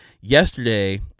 yesterday